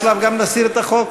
באיזשהו שלב גם נסיר את החוק,